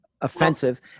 offensive